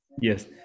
Yes